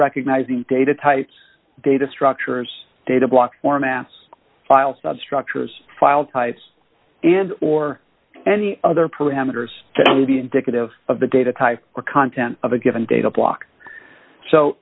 recognizing data types data structures data block formats file substructures file types and or any other parameters to be indicative of the data type or content of a given data block so